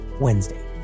Wednesday